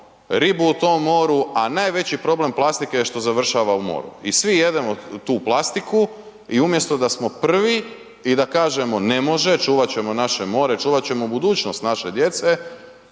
ribu u tom moru a najveći problem plastike je što završava u moru i svi jedemo tu plastiku i umjesto da smo prvi i da kažemo ne može, čuvat ćemo naše more, čuvat ćemo budućnost naše djece,